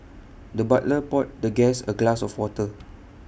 the butler poured the guest A glass of water